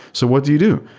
so what do you do?